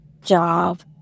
Job